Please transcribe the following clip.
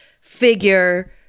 figure